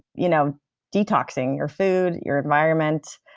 you know detoxing your food, your environment,